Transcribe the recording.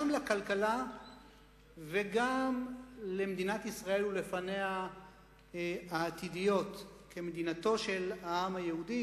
גם לכלכלה וגם למדינת ישראל ולפניה העתידיות כמדינתו של העם היהודי.